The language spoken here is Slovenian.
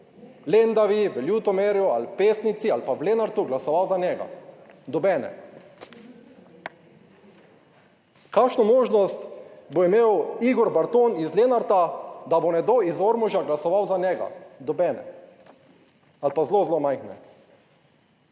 Lendavi, v Ljutomeru ali v Pesnici ali pa v Lenartu glasoval za njega. Nobene. Kakšno možnost bo imel Igor Barton iz Lenarta, da bo nekdo iz Ormoža glasoval za njega? Nobene, ali pa zelo, zelo majhne.